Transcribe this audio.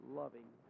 loving